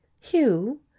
hugh